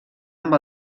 amb